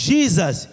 Jesus